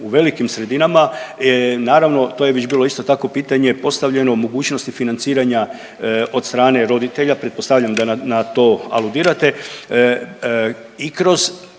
u velikim sredinama, naravno to je već bilo isto tako pitanje postavljeno mogućnosti financiranja od strane roditelja, pretpostavljam da na to aludirate,